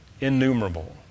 innumerable